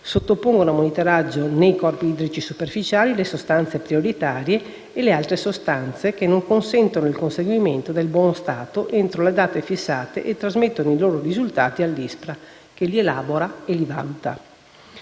sottopongono a monitoraggio nei corpi idrici superficiali le sostanze prioritarie e le altre sostanze che non consentono il conseguimento del buono stato entro le date fissate e trasmettono i risultati all'ISPRA, che li elabora e valuta.